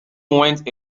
went